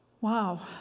Wow